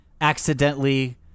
accidentally